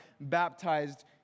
baptized